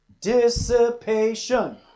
dissipation